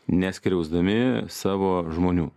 neskriausdami savo žmonių